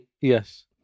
yes